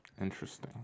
Interesting